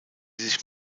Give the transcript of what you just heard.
sich